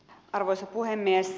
arvoisa puhemies